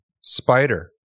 Spider